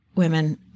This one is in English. women